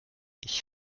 ich